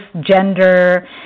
gender